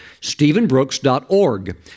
stephenbrooks.org